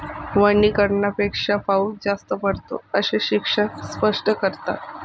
वनीकरणापेक्षा पाऊस जास्त पडतो, असे शिक्षक स्पष्ट करतात